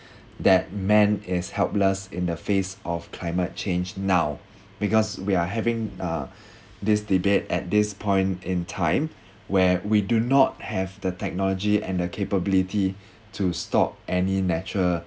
that man is helpless in the face of climate change now because we are having uh this debate at this point in time where we do not have the technology and the capability to stop any natural